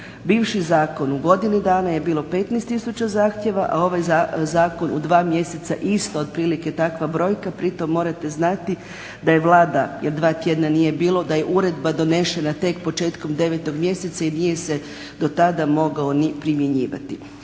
bivši zakon u godini dana je bilo 15 tisuća zahtjeva a ovaj zakon u dva mjeseca isto otprilike takva brojka. Pri tome morate znati da je Vlada jer dva tjedna nije bilo, da je uredba donesena tek početkom 9.mjeseca i nije se do tada mogao ni primjenjivati.